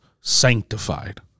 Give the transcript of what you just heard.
sanctified